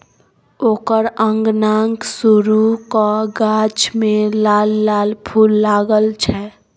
ओकर अंगनाक सुरू क गाछ मे लाल लाल फूल लागल छै